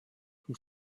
who